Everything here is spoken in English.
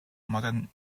modern